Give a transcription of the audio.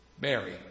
Mary